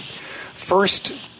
first